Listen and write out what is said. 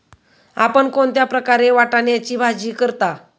आपण कोणत्या प्रकारे वाटाण्याची भाजी करता?